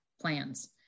plans